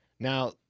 Now